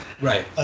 Right